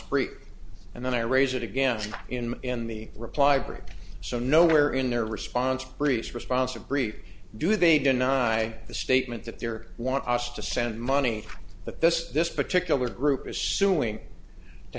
three and then i raise it again in the reply brick so no where in their response brief response or brief do they deny the statement that their want us to send money but this this particular group is suing to